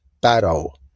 battle